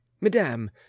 madame